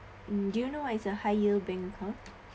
mm do you know what is a high yield bank account